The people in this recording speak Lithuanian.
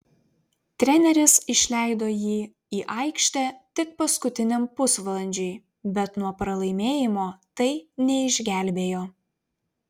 treneris išleido jį į aikštę tik paskutiniam pusvalandžiui bet nuo pralaimėjimo tai neišgelbėjo